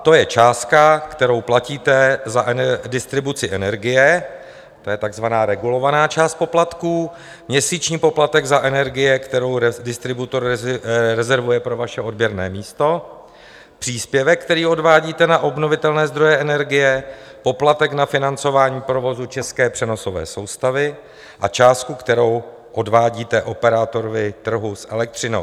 To je částka, kterou platíte za distribuci energie, to je takzvaná regulovaná část poplatků, měsíční poplatek za energie, kterou distributor rezervuje pro vaše odběrné místo, příspěvek, který odvádíte na obnovitelné zdroje energie, poplatek na financování provozu české přenosové soustavy a částka, kterou odvádíte operátorovi trhu s elektřinou.